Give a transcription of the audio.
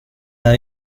lado